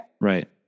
Right